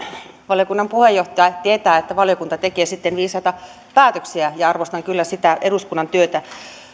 valiokunnan puheenjohtaja tietää että valiokunta tekee sitten viisaita päätöksiä ja arvostan kyllä sitä eduskunnan työtä